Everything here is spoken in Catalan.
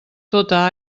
tota